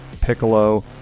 Piccolo